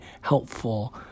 helpful